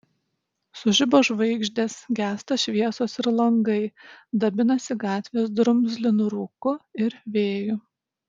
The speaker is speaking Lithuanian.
sužibo žvaigždės gęsta šviesos ir langai dabinasi gatvės drumzlinu rūku ir vėju